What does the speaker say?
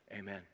Amen